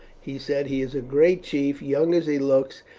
he said. he is a great chief, young as he looks,